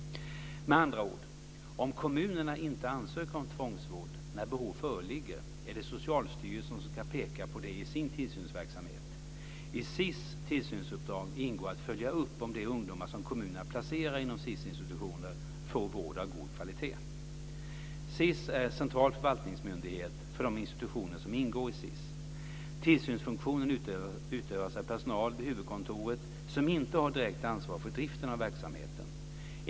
Med andra ord, om kommunerna inte ansöker om tvångsvård när behov föreligger är det Socialstyrelsen som ska peka på det i sin tillsynsverksamhet. I SiS tillsynsuppdrag ingår att följa upp om de ungdomar som kommunerna placerar inom SiS institutioner får vård av god kvalitet. SiS är central förvaltningsmyndighet för de institutioner som ingår i SiS. Tillsynsfunktionen utövas av personal vid huvudkontoret som inte har direkt ansvar för driften av verksamheten.